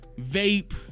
vape